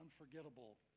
unforgettable